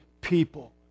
people